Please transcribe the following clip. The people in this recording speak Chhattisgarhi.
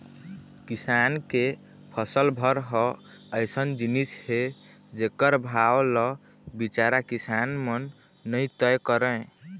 किसान के फसल भर ह अइसन जिनिस हे जेखर भाव ल बिचारा किसान मन नइ तय करय